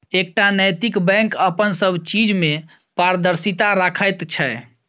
एकटा नैतिक बैंक अपन सब चीज मे पारदर्शिता राखैत छै